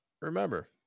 remember